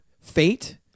fate